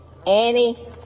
Annie